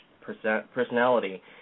personality